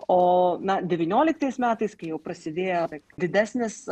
o na devynioliktais metais kai jau prasidėjo didesnis